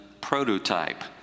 prototype